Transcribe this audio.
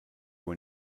when